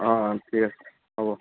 অঁ ঠিক আছে হ'ব